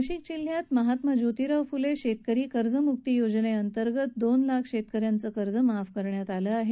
नाशिक जिल्ह्यात महात्मा ज्योतिराव फुले शेतकरी कर्जमुक्ती योजनेअंतर्गत दोन लाख शेतकऱ्यांचे कर्ज माफ करण्यात आलं आहे